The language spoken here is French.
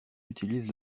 utilise